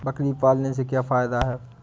बकरी पालने से क्या फायदा है?